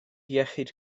iechyd